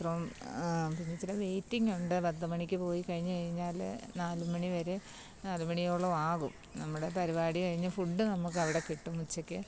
ഇത്രയും ഇച്ചിരി വെയിറ്റിംങ് ഉണ്ട് പത്ത് മണിക്ക് പോയിക്കഴിഞ്ഞ് കഴിഞ്ഞാൽ നാല് മണി വരെ നാല് മണിയോളം ആകും നമ്മുടെ പരിപാടി കഴിഞ്ഞ് ഫുഡ് നമ്മൾക്ക് അവിടെ കിട്ടും ഉച്ചയ്ക്ക്